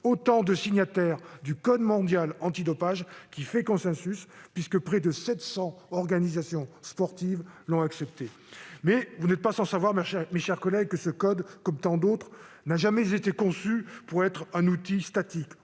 autant de signataires d'un code mondial antidopage qui fait consensus, puisque près de 700 organisations sportives l'ont accepté. Mais vous n'êtes pas sans savoir, mes chers collègues, que ce code, comme tant d'autres, n'a jamais été conçu pour être un outil statique.